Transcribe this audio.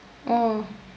oh